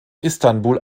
istanbul